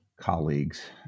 colleagues